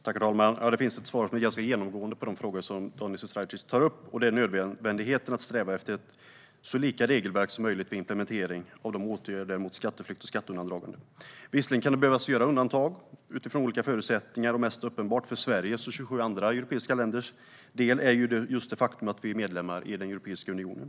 Herr talman! Det finns ett svar som är ganska genomgående på de frågor som Daniel Sestrajcic tar upp. Det är nödvändigheten att sträva efter ett så lika regelverk som möjligt vid implementering av åtgärder mot skatteflykt och skatteundandragande. Visserligen kan det behöva göras undantag utifrån olika förutsättningar. Mest uppenbart för Sveriges och 27 andra europeiska länders del är det faktum att vi är medlemmar i Europeiska unionen.